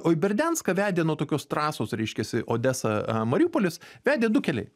o į berdianską vedė nu tokios trasos reiškiasi odesa mariupolis vedė du keliai